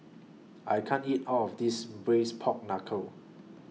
I can't eat All of This Braised Pork Knuckle